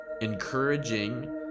encouraging